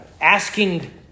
asking